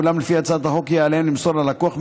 אולם לפי הצעת החוק יהיה עליהם למסור ללקוח,